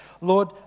Lord